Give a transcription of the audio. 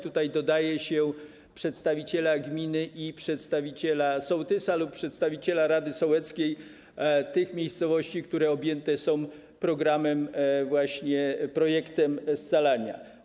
Tutaj dodaje się przedstawiciela gminy i przedstawiciela sołtysa lub przedstawiciela rady sołeckiej miejscowości, które objęte są programem, projektem scalania.